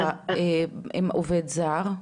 עם עובד זר?